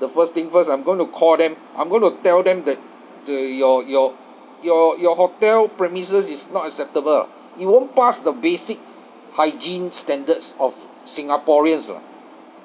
the first thing first I'm going to call them I'm going to tell them that the your your your your hotel premises is not acceptable lah you won't pass the basic hygiene standards of singaporeans lah